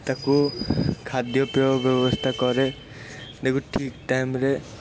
ତାକୁ ଖାଦ୍ୟପେୟ ବ୍ୟବସ୍ଥା କରେ ତାକୁ ଠିକ୍ ଟାଇମ୍ ରେ